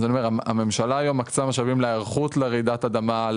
הממשלה היום מקצה משאבים להיערכות לרעידת אדמה.